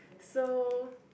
so